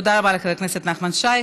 תודה רבה לחבר הכנסת נחמן שי.